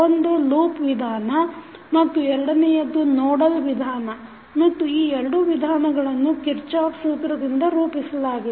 ಒಂದು ಲೂಪ್ ವಿಧಾನ ಮತ್ತು ಎರಡನೆಯದ್ದು ನೋಡಲ್ ವಿಧಾನ ಮತ್ತು ಈ ಎರಡು ವಿಧಾನಗಳನ್ನು ಕಿರ್ಚಾಫ್ ಸೂತ್ರದಿಂದ ರೂಪಿಸಲಾಗಿದೆ